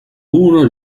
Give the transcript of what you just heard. uno